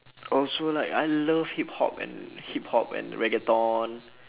also like I like love hip-hop and hip-hop and reggaeton